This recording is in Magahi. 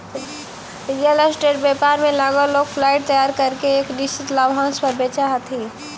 रियल स्टेट व्यापार में लगल लोग फ्लाइट तैयार करके एक निश्चित लाभांश पर बेचऽ हथी